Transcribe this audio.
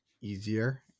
easier